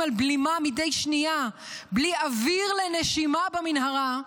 על בלימה מדי שנייה בלי אוויר לנשימה במנהרה,